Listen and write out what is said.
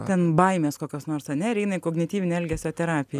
ten baimės kokios nors ane ir eina į kognityvinę elgesio terapiją